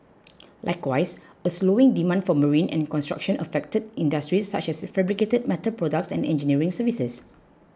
likewise slowing demand for marine and construction affected industries such as fabricated metal products and engineering services